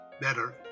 better